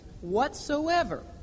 whatsoever